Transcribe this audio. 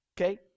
Okay